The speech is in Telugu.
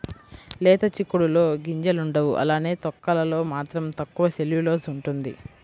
లేత చిక్కుడులో గింజలుండవు అలానే తొక్కలలో మాత్రం తక్కువ సెల్యులోస్ ఉంటుంది